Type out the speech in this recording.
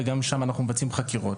וגם שם אנחנו מבצעים חקירות.